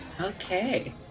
okay